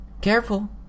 Careful